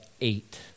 eight